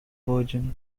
virgin